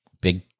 big